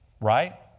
Right